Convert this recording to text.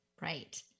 Right